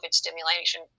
stimulation